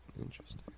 Interesting